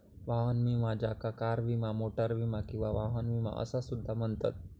वाहन विमा ज्याका कार विमा, मोटार विमा किंवा वाहन विमा असा सुद्धा म्हणतत